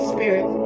Spirit